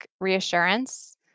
reassurance